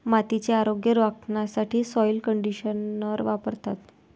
मातीचे आरोग्य राखण्यासाठी सॉइल कंडिशनर वापरतात